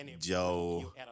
Joe